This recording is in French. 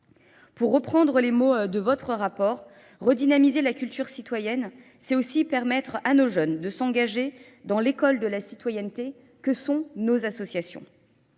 Pour reprendre les mots de votre rapport, redynamiser la culture citoyenne, c'est aussi permettre à nos jeunes de s'engager dans l'école de la citoyenneté que sont nos associations.